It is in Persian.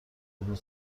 جلوت